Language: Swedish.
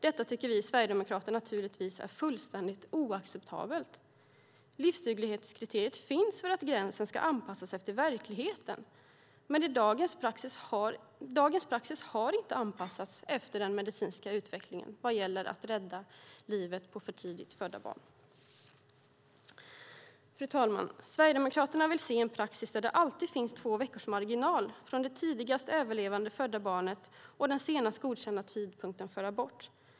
Detta tycker vi i Sverigedemokraterna naturligtvis är fullständigt oacceptabelt. Livsduglighetskriteriet finns för att gränsen ska anpassas efter verkligheten, men dagens praxis har inte anpassats efter den medicinska utvecklingen vad gäller att rädda livet på för tidigt födda barn. Fru talman! Sverigedemokraterna vill se en praxis där det alltid finns två veckors marginal från det tidigast överlevande födda barnet till den senast godkända tidpunkten för abort.